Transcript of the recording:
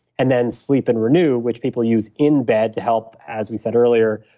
and then sleep and renew, which people use in bed to help, as we said earlier,